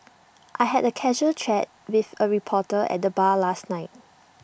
I had A casual chat with A reporter at the bar last night